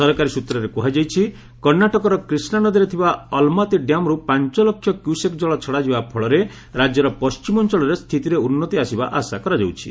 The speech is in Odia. ସରକାରୀ ସ୍ନତ୍ରରେ କୁହାଯାଇଛି କର୍ଷାଟକର କ୍ରିଷ୍ଣା ନଦୀରେ ଥିବା ଅଲମାତି ଡ୍ୟାମ୍ରୁ ପାଞ୍ଚ ଲକ୍ଷ କ୍ୟୁସେକ୍ ଜଳ ଛଡ଼ାଯିବା ଫଳରେ ରାଜ୍ୟର ପଣ୍ଟିମ ଅଞ୍ଚଳରେ ସ୍ଥିତରେ ଉନ୍ନତି ଆସବା ଆଶା କରାଯାଉଛି